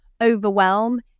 overwhelm